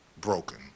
broken